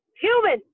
human